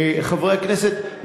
חברי הכנסת,